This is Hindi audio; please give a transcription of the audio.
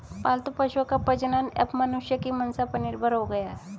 पालतू पशुओं का प्रजनन अब मनुष्यों की मंसा पर निर्भर हो गया है